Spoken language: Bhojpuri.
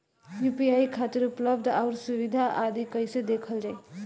यू.पी.आई खातिर उपलब्ध आउर सुविधा आदि कइसे देखल जाइ?